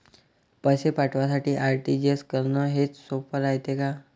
पैसे पाठवासाठी आर.टी.जी.एस करन हेच सोप रायते का?